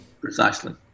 Precisely